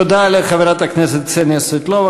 תודה לחברת הכנסת קסניה סבטלובה.